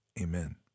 amen